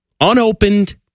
Unopened